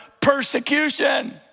persecution